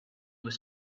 was